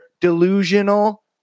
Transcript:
delusional